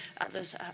others